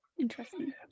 Interesting